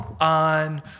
on